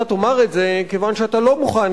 אתה תאמר את זה כיוון שאתה לא מוכן